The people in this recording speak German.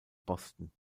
boston